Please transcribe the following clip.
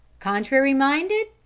contrary minded?